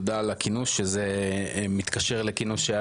תודה על הכינוס שזה מתקשר לכינוס שהיה